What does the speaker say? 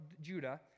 Judah